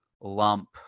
lump